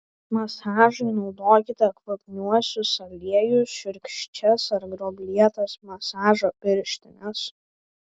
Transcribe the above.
masažui naudokite kvapniuosius aliejus šiurkščias ar gruoblėtas masažo pirštines